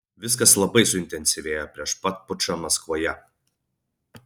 viskas labai suintensyvėjo prieš pat pučą maskvoje